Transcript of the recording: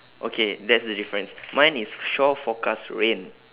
okay that's the difference mine is shore forecast rain